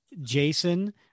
Jason